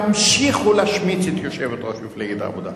תמשיכו להשמיץ את יושבת-ראש מפלגת העבודה.